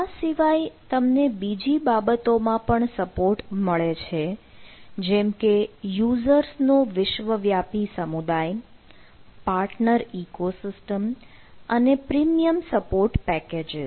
આ સિવાય તમને બીજી બાબતોમાં પણ સપોર્ટ મળે છે જેમકે યુઝર્સનો વિશ્વવ્યાપી સમુદાય પાર્ટનર ecosystem અને પ્રીમિયમ સપોર્ટ પેકેજિસ